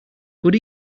good